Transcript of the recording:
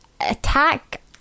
Attack